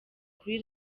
kuri